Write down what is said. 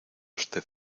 usted